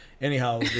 Anyhow